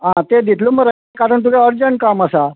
आं ते दितल मरे कारण तुका अर्जंट काम आसा